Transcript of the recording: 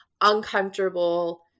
uncomfortable